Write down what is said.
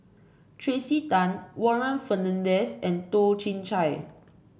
Tracey Tan Warren Fernandez and Toh Chin Chye